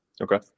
okay